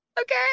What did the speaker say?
okay